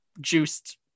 juiced